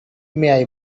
may